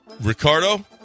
Ricardo